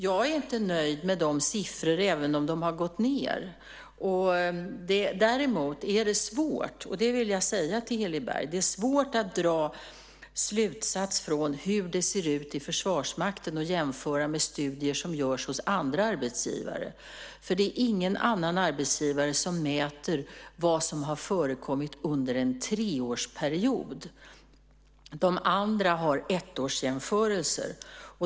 Jag är inte nöjd med siffrorna även om de har gått ned. Däremot är det svårt, och det vill jag säga till Heli Berg, att dra slutsatser av hur det ser ut i Försvarsmakten och jämföra med studier som görs hos andra arbetsgivare. Det är ingen annan arbetsgivare som mäter vad som har hänt under en treårsperiod. De andra har ettårsjämförelser.